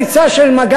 פרצה